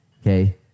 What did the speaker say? Okay